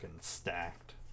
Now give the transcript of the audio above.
stacked